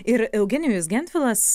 ir eugenijus gentvilas